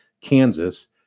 Kansas